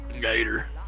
gator